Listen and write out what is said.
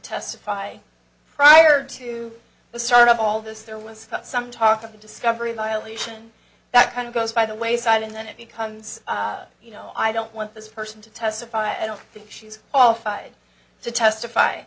testify prior to the start of all this there was some talk of the discovery violation that kind of goes by the wayside and then it becomes you know i don't want this person to testify i don't think she's all fide to testify